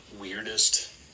weirdest